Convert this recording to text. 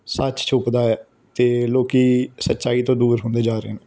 ਸੱਚ ਛੁਪਦਾ ਹੈ ਅਤੇ ਲੋਕ ਸੱਚਾਈ ਤੋਂ ਦੂਰ ਹੁੰਦੇ ਜਾ ਰਹੇ ਨੇ